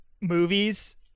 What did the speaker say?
Movies